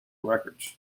records